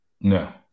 No